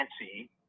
fancy